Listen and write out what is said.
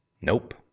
Nope